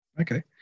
Okay